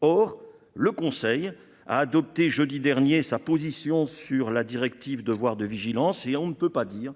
Or, le Conseil a adopté jeudi dernier sa position sur la directive devoir de vigilance et on ne peut pas dire